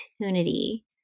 opportunity